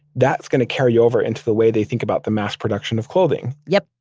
that's going to carry over into the way they think about the mass production of clothing yep.